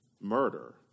murder